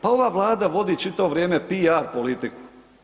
Pa ova Vlada vodi čitavo vrijeme PR politiku.